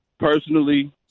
Personally